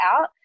out